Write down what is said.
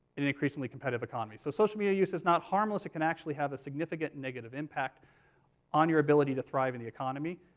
in an increasingly competitive economy. so social media use is not harmless, it can actually have a significant negative impact on your ability to thrive in the economy.